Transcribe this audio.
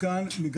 הותקן מגרש ---.